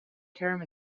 term